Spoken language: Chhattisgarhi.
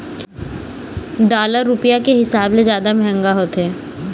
डॉलर रुपया के हिसाब ले जादा मंहगा होथे